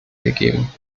gegeben